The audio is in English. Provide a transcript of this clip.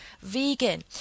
Vegan